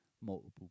multiple